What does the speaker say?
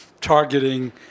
targeting